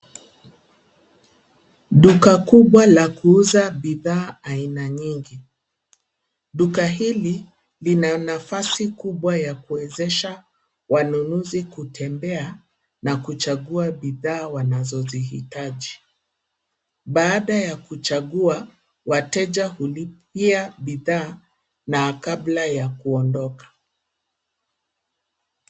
Duka kubwa la kuuza bidhaa aina nyingi. Duka hili lina nafasi kubwa ya kuwezesha wanunuzi kutembea na kuchagua bidhaa wanazozihitaji. Baada ya kuchagua, wateja hulipia bidhaa na kabla ya kuondoka.